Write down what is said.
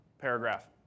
paragraph